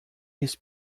his